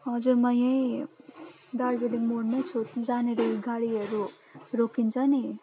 हजुर म यहीँ दार्जिलिङ मोडमै छु जहाँनिर गाडीहरू रोकिन्छ नि